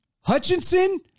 Hutchinson